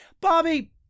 Bobby